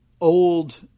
old